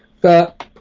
that